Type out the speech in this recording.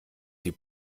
die